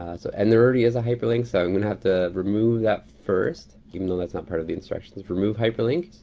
so and there already is a hyperlink. so i'm gonna have to remove that first, even though that's not part of the instructions. remove hyperlink,